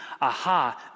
aha